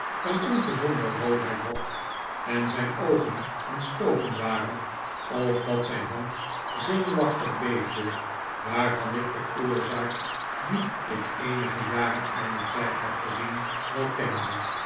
een ongezonde roodheid had en zijn oogen ontstoken waren of dat zijn hand zenuwachtig beefde waarvan ik de oorzaak die ik eenige jaren aan het werk had gezien wel kende